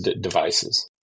devices